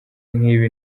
nk’ibi